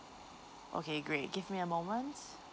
okay great give me a moment